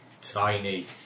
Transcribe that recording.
tiny